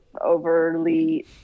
overly